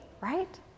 right